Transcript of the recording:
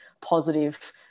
positive